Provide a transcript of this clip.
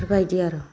इफोरबायदि आर'